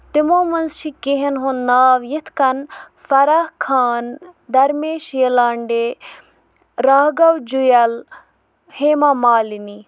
تِمو منٛز چھُ کیہن ہُند ناو یِتھ کٔنۍ فرا خان درمیش یِلانڈے راگو جُیل ہیما مالنی